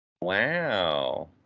Wow